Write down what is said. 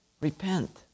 Repent